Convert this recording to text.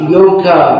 Yoga